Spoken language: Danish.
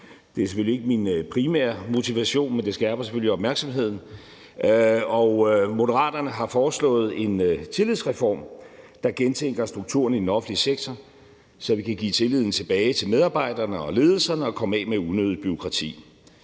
Det er selvfølgelig ikke min primære motivation, men det skærper selvfølgelig opmærksomheden. Moderaterne har foreslået en tillidsreform, der gentænker strukturen i den offentlige sektor, så vi kan give tilliden tilbage til medarbejderne og ledelserne og komme af med unødigt bureaukrati.